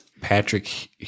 Patrick